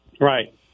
Right